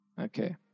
okay